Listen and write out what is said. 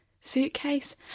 suitcase